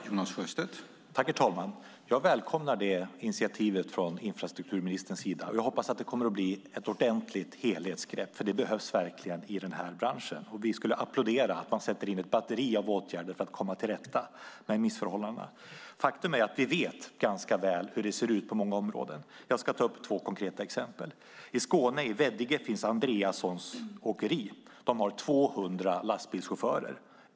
Herr talman! Jag välkomnar detta initiativ från infrastrukturministerns sida, och jag hoppas att det kommer att bli ett ordentligt helhetsgrepp. Det behövs verkligen i den här branschen. Vi skulle applådera att man sätter in ett batteri av åtgärder för att komma till rätta med missförhållandena. Faktum är att vi ganska väl vet hur det ser ut på många områden. Jag ska ta upp två konkreta exempel. I Veddige i Skåne finns Andreassons Åkeri. De har 200 lastbilschaufförer.